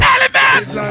Elements